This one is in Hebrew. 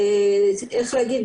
איך להגיד?